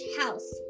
house